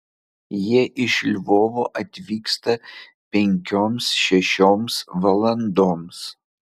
jie iš lvovo atvyksta penkioms šešioms valandoms